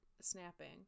snapping